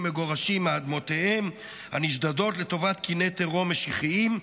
מגורשים מאדמותיהם הנשדדות לטובת קיני טרור משיחיים,